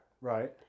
Right